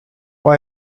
why